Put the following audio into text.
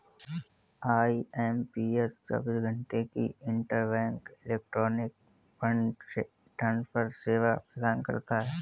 IMPS चौबीस घंटे की इंटरबैंक इलेक्ट्रॉनिक फंड ट्रांसफर सेवा प्रदान करता है